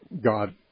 God